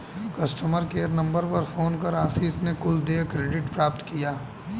customer care number पर phone कर आशीष ने कुल देय क्रेडिट प्राप्त किया